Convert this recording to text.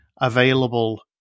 available